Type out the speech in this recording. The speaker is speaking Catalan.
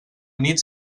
nit